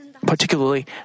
particularly